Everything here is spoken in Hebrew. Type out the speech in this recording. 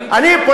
סליחה,